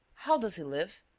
how does he live?